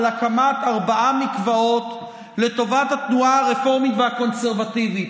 על הקמת ארבעה מקוואות לטובת התנועה הרפורמית והקונסרבטיבית.